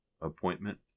appointment